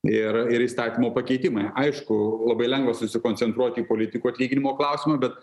ir ir įstatymo pakeitimai aišku labai lengva susikoncentruoti į politikų atlyginimo klausimą bet